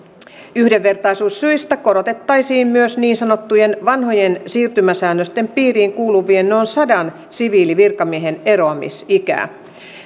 yhdenvertaisuussyistä korotettaisiin myös niin sanottujen vanhojen siirtymäsäännösten piiriin kuuluvien noin sadan siviilivirkamiehen eroamisikää